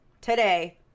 today